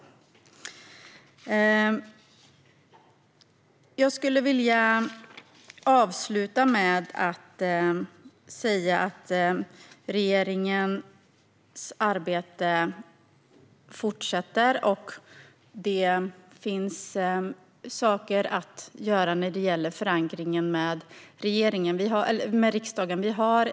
Regeringens arbete fortsätter. Det finns saker att göra när det gäller förankringen i riksdagen.